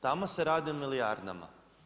Tamo se radi o milijardama.